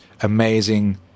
amazing